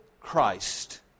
Christ